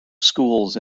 schools